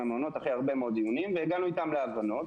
המעונות אחרי הרבה מאוד דיונים והגענו איתם להבנות.